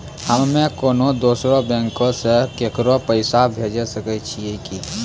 हम्मे कोनो दोसरो बैंको से केकरो पैसा भेजै सकै छियै कि?